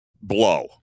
blow